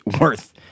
worth